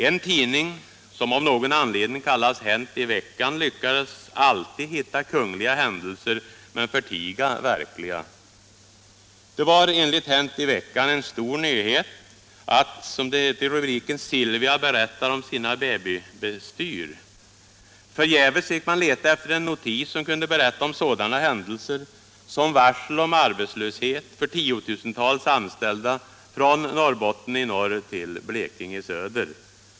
En tidning, som av någon anledning kallas Hänt i Veckan, lyckas alltid hitta kungliga händelser men förtiga verkliga. Det var enligt Hänt i Veckan en stor nyhet att, som det hette i rubriken, Silvia berättar om sina babybestyr! Förgäves fick man leta efter en notis som kunde berätta om sådana händelser som varsel om arbetslöshet för tiotusentals anställda från Norrbotten i norr till Blekinge i söder.